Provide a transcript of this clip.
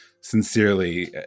sincerely